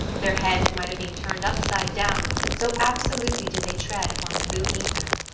their heads might have been turned upside-down, so absolutely did they tread upon blue ether.